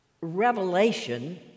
revelation